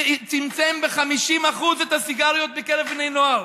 זה צמצם ב-50% את הסיגריות בקרב בני נוער.